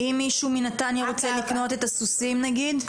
אם מישהו מנתניה רוצה לקנות את הסוסים נגיד?